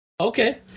Okay